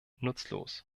nutzlos